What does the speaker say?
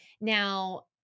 Now